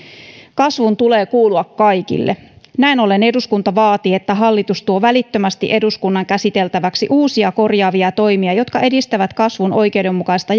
kasvun tulee kuulua kaikille näin ollen eduskunta vaatii että hallitus tuo välittömästi eduskunnan käsiteltäväksi uusia korjaavia toimia jotka edistävät kasvun oikeudenmukaista